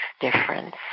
difference